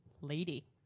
lady